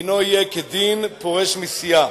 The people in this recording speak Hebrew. דינו יהיה כדין פורש מסיעה